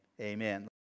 amen